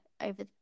over